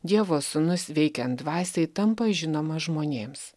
dievo sūnus veikiant dvasiai tampa žinomas žmonėms